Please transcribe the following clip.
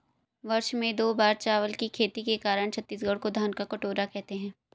वर्ष में दो बार चावल की खेती के कारण छत्तीसगढ़ को धान का कटोरा कहते हैं